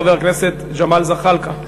חבר הכנסת ג'מאל זחאלקה,